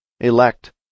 elect